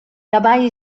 dabei